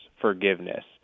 forgiveness